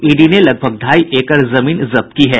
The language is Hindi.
ईडी ने लगभग ढाई एकड़ जमीन जब्त की है